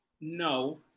no